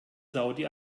saudi